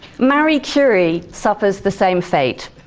marie curie suffers the same fate.